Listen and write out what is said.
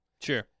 Sure